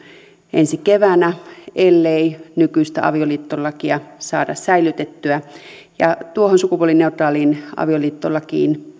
ensi keväänä ellei nykyistä avioliittolakia saada säilytettyä tuohon sukupuolineutraaliin avioliittolakiin